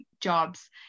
jobs